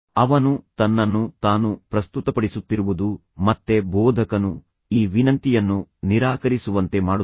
ಅವನು ತನ್ನನ್ನು ತಾನು ಪ್ರಸ್ತುತಪಡಿಸುತ್ತಿರುವುದು ಮತ್ತೆ ಬೋಧಕನು ಈ ವಿನಂತಿಯನ್ನು ನಿರಾಕರಿಸುವಂತೆ ಮಾಡುತ್ತದೆ